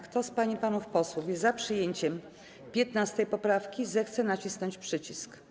Kto z pań i panów posłów jest za przyjęciem 15. poprawki, zechce nacisnąć przycisk.